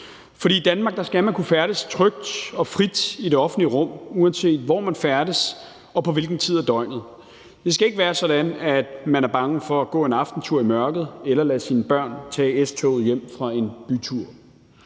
i Danmark skal man kunne færdes trygt og frit i det offentlige rum, uanset hvor man færdes og på hvilken tid af døgnet. Det skal ikke være sådan, at man er bange for at gå en aftentur i mørket eller lade sine børn tage S-toget hjem fra en bytur.